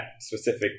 specific